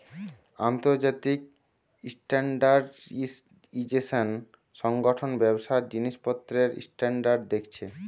আন্তর্জাতিক স্ট্যান্ডার্ডাইজেশন সংগঠন ব্যবসার জিনিসপত্রের স্ট্যান্ডার্ড দেখছে